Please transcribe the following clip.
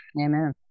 Amen